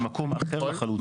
במקום אחר לחלוטין.